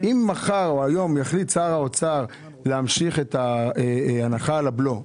אם מחר או היום יחליט שר האוצר להמשיך את ההנחה על הבלו,